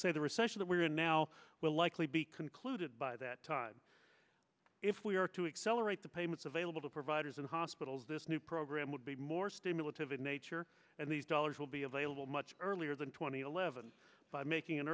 say the recession that we're in now will likely be concluded by that time if we are to accelerate the payments available to providers and hospitals this new program would be more stimulative in nature and these dollars will be available much earlier than two thousand and eleven by making an